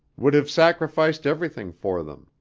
would have sacrificed everything for them,